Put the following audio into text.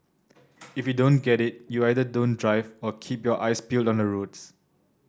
if you don't get it you either don't drive or keep your eyes peeled on the roads